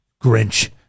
Grinch